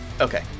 okay